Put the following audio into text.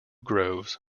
groves